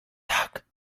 tak